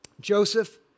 Joseph